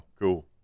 Cool